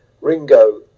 Ringo